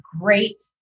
great